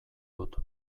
dut